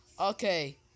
okay